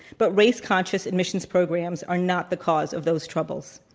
but race conscious admissions programs are not the cause of those troubles.